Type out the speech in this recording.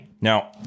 Now